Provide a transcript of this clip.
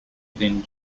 within